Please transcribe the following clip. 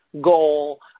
goal